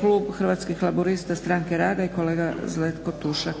klub Hrvatskih laburista-Stranke rada i kolega Zlatko Tušak.